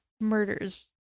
murders